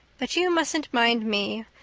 but you mustn't mind me,